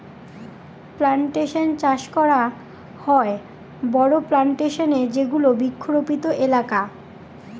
plantation চাষ করা হয় বড়ো প্লানটেশনে যেগুলো বৃক্ষরোপিত এলাকা